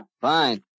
Fine